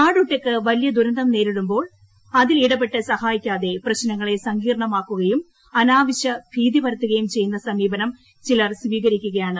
നാടൊട്ടുക്ക് വലിയ ദുരന്തം നേരിടുമ്പോൾ അതിൽ ഇടപെട്ട് സഹായിക്കാതെ പ്രശ്നങ്ങളെ സങ്കീർണമാക്കുകയും അനാവശ്യ ഭീതി പരത്തുകയും ചെയ്യുന്ന സമീപനം ചിലർ സ്വീകരിക്കുകയാണ്